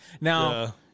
Now